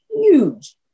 huge